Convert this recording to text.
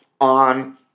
on